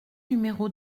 numéro